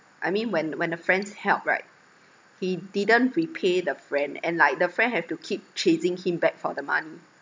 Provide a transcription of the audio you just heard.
I mean when when the friends help right he didn't repay the friend and like the friend have to keep chasing him back for the money